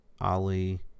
Ali